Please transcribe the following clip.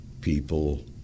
people